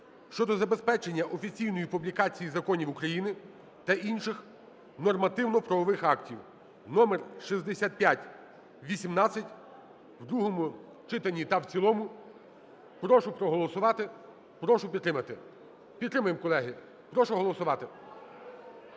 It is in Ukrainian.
щодо забезпечення офіційної публікації законів України та інших нормативно-правових актів (№6518) в другому читанні та в цілому. Прошу проголосувати, прошу підтримати. Підтримаємо, колеги, прошу голосувати.